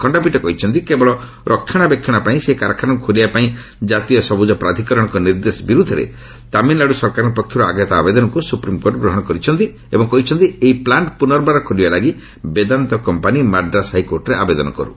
ଖଣ୍ଡପୀଠ କହିଛନ୍ତି କେବଳ ରକ୍ଷଣାବେକ୍ଷଣ ପାଇଁ ସେହି କାରଖାନାକୁ ଖୋଲିବା ପାଇଁ କାତୀୟ ସବୁଜ ପ୍ରାଧିକରଣଙ୍କ ନିର୍ଦ୍ଦେଶ ବିରୁଦ୍ଧରେ ତାମିଲନାଡୁ ସରକାରଙ୍କ ପକ୍ଷରୁ ଆଗତ ଆବେଦନକୁ ସୁପ୍ରିମକୋର୍ଟ ଗ୍ରହଣ କରିଛନ୍ତି ଏବଂ କହିଛନ୍ତି ଏହି ପ୍ଲାଣ୍ଟ ପୁନର୍ବାର ଖୋଲିବା ଲାଗି ବେଦାନ୍ତ କମ୍ପାନି ମାଡ୍ରାସ୍ ହାଇକୋର୍ଟରେ ଆବେଦନ କରୁ